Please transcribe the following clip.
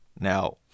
Now